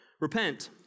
repent